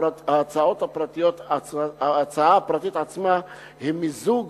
וההצעה הפרטית עצמה היא מיזוג